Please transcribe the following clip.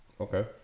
Okay